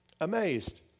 amazed